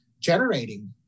generating